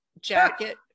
jacket